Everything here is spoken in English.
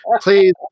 Please